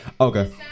Okay